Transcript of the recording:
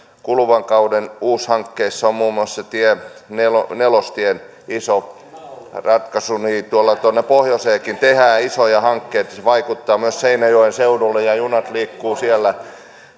kuluvan kauden uushankkeissa on muun muassa nelostien iso ratkaisu eli pohjoiseenkin tehdään isoja hankkeita se vaikuttaa myös seinäjoen seudulle ja junat liikkuvat siellä